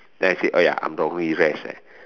then I said oh ya I'm wrongly dressed ah